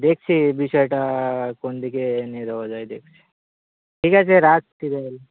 দেখছি বিষয়টা কোন দিকে নিয়ে যাওয়া যায় দেখছি ঠিক আছে রাখছি